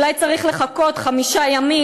אולי צריך לחכות חמישה ימים,